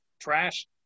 trash